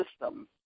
system